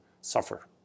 suffer